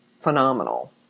phenomenal